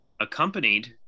accompanied